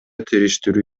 териштирүү